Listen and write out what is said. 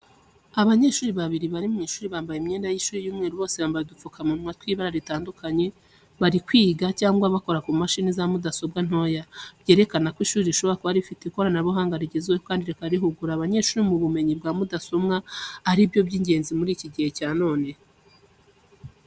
Abanyeshuri babiri bari mu ishuri bambaye imyenda y'ishuri y'umweru bose bambaye udupfukamunwa tw'ibara ritandukanye, bari kwiga cyangwa bakora ku mashini za mudasobwa ntoya. Byerekana ko ishuri rishobora kuba rifite ikoranabuhanga rigezweho kandi rikaba rihugura abanyeshuri mu bumenyi bwa mudasobwa ari byo by'ingenzi muri iki gihe cya none.